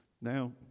Now